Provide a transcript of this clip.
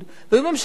והיו ממשלות שונות,